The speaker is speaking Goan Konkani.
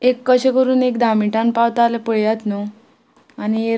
एक कशें करून एक धा मिण्टान पावता जाल्या पळयात न्हू आनी